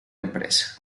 empresa